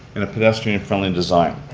and a pedestrian-friendly and design.